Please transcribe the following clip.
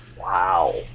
Wow